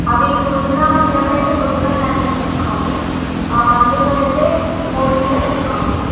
అవి ప్రొద్దున సిరప్ అయితే ప్రొద్దున సాయంత్రం వేసుకోవాలి ఆ మందులు అయితే మూడు పూటలు వేసుకోవాలి